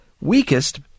weakest